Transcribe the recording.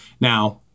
Now